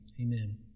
Amen